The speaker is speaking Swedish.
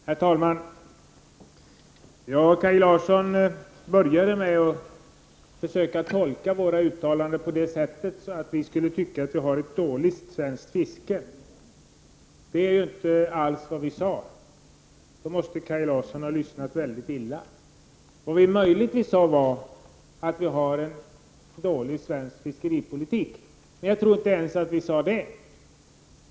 Herr talman! Kaj Larsson inledde med att försöka tolka centerns uttalanden och menade att vi skulle anse att Sverige har ett dåligt fiske. Det är inte alls vad vi sade. Då måste Kaj Larsson ha lyssnat illa. Vi sade möjligen att Sverige har en dålig svensk fiskeripolitik. Men jag tror inte ens att vi sade det.